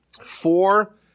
four